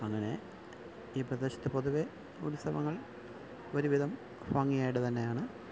അങ്ങനെ ഈ പ്രദേശത്ത് പൊതുവേ ഉത്സവങ്ങൾ ഒരുവിധം ഭംഗിയായിട്ട് തന്നെയാണ്